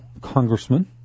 Congressman